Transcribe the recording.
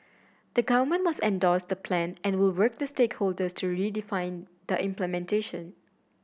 the Government must endorsed the plan and will work with stakeholders to redefine the implementation